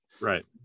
Right